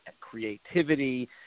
creativity